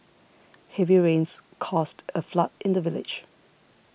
heavy rains caused a flood in the village